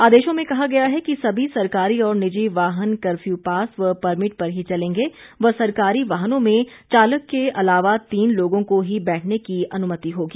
आदेशों में कहा गया है कि सभी सरकारी और निजी वाहन कर्फ्यू पास व परमिट पर ही चलेंगे व सरकारी वाहनों में चालक के अलावा तीन लोगों को ही बैठने की अनुमति होगी